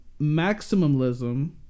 maximumism